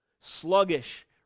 sluggish